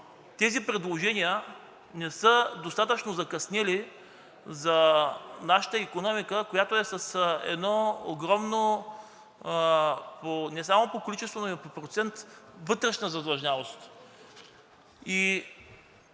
тези предложения не са достатъчно закъснели за нашата икономика, която е с едно огромно не само по количество, но и по процент вътрешна задлъжнялост